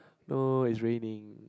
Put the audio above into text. no it's raining